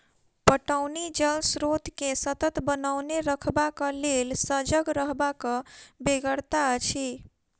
पटौनी जल स्रोत के सतत बनओने रखबाक लेल सजग रहबाक बेगरता अछि